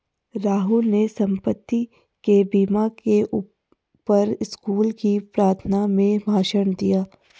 राहुल ने संपत्ति के बीमा के ऊपर स्कूल की प्रार्थना में भाषण दिया